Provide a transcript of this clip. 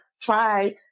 try